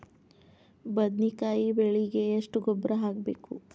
ಬದ್ನಿಕಾಯಿ ಬೆಳಿಗೆ ಎಷ್ಟ ಗೊಬ್ಬರ ಹಾಕ್ಬೇಕು?